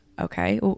Okay